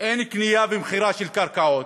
אין קנייה ומכירה של קרקעות.